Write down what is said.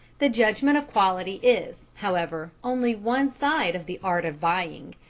the judgment of quality is, however, only one side of the art of buying.